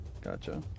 gotcha